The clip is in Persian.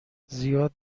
زیاد